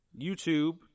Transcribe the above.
YouTube